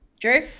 Drew